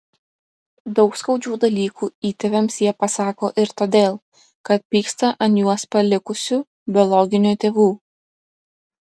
daug skaudžių dalykų įtėviams jie pasako ir todėl kad pyksta ant juos palikusių biologinių tėvų